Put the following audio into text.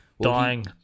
Dying